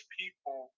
people